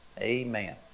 Amen